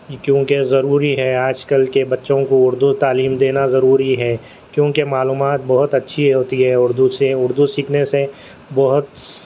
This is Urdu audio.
کیونکہ ضروری ہے آج کل کے بچوں کو اردو تعلیم دینا ضروری ہے کیونکہ معلومات بہت اچھی ہوتی ہے اردو سے اردو سیکھنے سے بہت